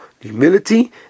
humility